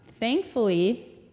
Thankfully